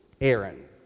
Aaron